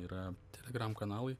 yra telegram kanalai